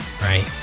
Right